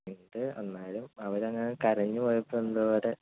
ഉണ്ട് എന്നാലും അവരങ്ങനെ കരഞ്ഞു പോയപ്പോൾ എന്തോപോലെ